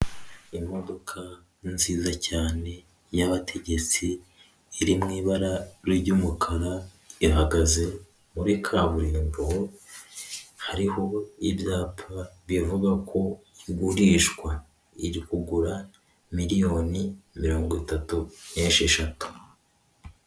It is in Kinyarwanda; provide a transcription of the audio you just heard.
Imodoka nziza cyane y'abategetsi, iri mu ibara ry'umukara, ihagaze muri kaburimbo, hariho ibyapa bivuga ko igurishwa, iri kugura miliyoni mirongo itatu n'esheshatu.